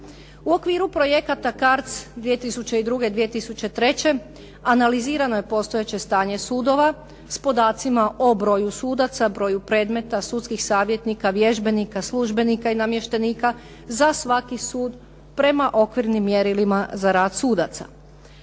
U okviru projekata CARDS 2002./2003. analizirano je postojeće stanje sudova s podacima o broju sudaca, broju predmeta, sudskih savjetnika, vježbenika, službenika i namještenika za svaki sud prema okvirnim mjerilima za rad sudaca.